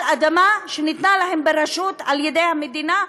אדמה שניתנה להם ברשות על-ידי המדינה,